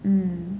mm